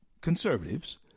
conservatives